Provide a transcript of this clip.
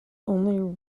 only